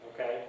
okay